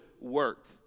work